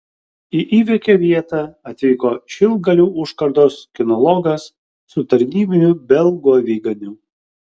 į įvykio vietą atvyko šilgalių užkardos kinologas su tarnybiniu belgų aviganiu